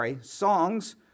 songs